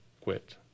quit